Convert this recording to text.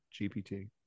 gpt